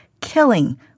killing